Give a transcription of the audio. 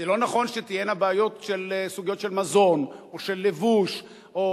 זה לא נכון שתהיינה סוגיות של מזון או של לבוש או